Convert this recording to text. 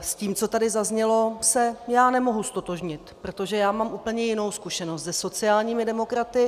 S tím, co tady zaznělo, se já nemohu ztotožnit, protože mám úplně jinou zkušenost se sociálními demokraty.